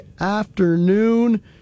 afternoon